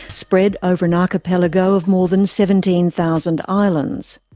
spread over an archipelago of more than seventeen thousand islands.